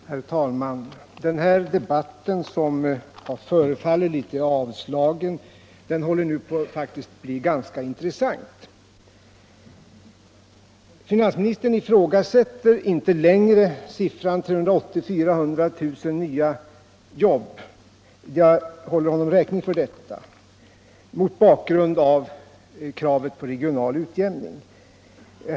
Herr talman! Den här debatten, som ett tag föreföll litet avslagen, håller nu faktiskt på att bli ganska intressant. Finansministern ifrågasätter inte längre siffran 380 000-400 000 i fråga om nya jobb — och jag håller honom räkning för detta — mot bakgrund av kravet på regional utjämning.